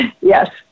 Yes